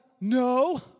no